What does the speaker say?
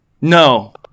No